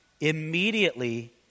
Immediately